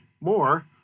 more